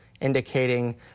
indicating